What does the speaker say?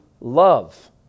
love